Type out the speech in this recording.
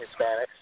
Hispanics